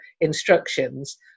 instructions